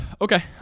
Okay